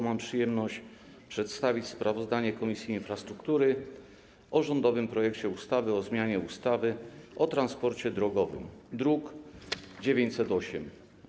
Mam przyjemność przedstawić sprawozdanie Komisji Infrastruktury o rządowym projekcie ustawy o zmianie ustawy o transporcie drogowym, druk nr 908.